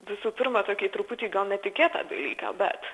visų pirma tokį truputį gal netikėtą dalyką bet